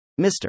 Mr